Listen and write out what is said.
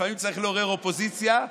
לפעמים צריך לעורר אופוזיציה,